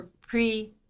pre